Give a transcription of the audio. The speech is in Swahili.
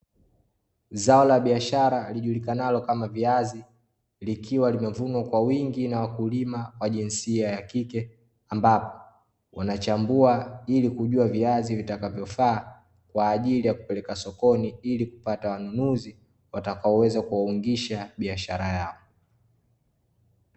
Zao la biashara lilijulikanalo kama viazi, likiwa limevunwa kwa wingi na wakulima wa jinsia ya kike. Ambapo wanachambua ili kujua viazi vitakavyofaa kwa ajili ya kupeleka sokoni ili kupata wanunuzi, watakaoweza kuwaungisha biashara yao.